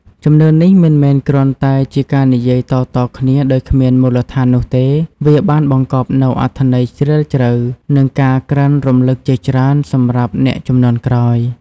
ជំនឿនេះមិនមែនគ្រាន់តែជាការនិយាយតៗគ្នាដោយគ្មានមូលដ្ឋាននោះទេ វាបានបង្កប់នូវអត្ថន័យជ្រាលជ្រៅ និងការក្រើនរំលឹកជាច្រើនសម្រាប់អ្នកជំនាន់ក្រោយ។